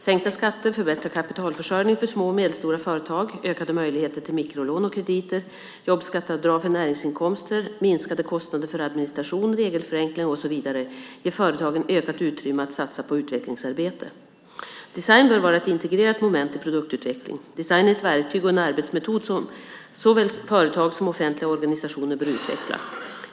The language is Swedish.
Sänkta skatter, förbättrad kapitalförsörjning för små och medelstora företag, ökade möjligheter till mikrolån och krediter, jobbskatteavdrag för näringsinkomster, minskade kostnader för administration, regelförenklingar och så vidare ger företagen ökat utrymme att satsa på utvecklingsarbete. Design bör vara ett integrerat moment i produktutveckling. Design är ett verktyg eller en arbetsmetod som såväl företag som offentliga organisationer bör utveckla.